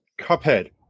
cuphead